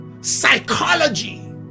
psychology